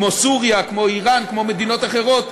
כמו סוריה, כמו איראן, כמו מדינות אחרות,